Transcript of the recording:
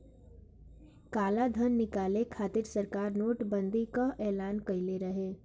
कालाधन के निकाले खातिर सरकार नोट बंदी कअ एलान कईले रहे